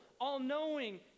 all-knowing